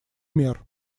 мер